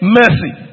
mercy